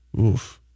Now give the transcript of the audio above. Oof